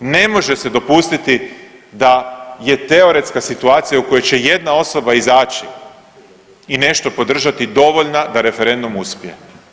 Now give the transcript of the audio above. Ne može se dopustiti da je teoretska situacija u kojoj će jedna osoba izaći i nešto podržati dovoljna da referendum uspije.